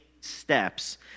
steps